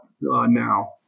now